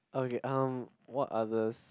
okay um what others